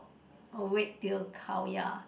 oh wait till Khao-Yai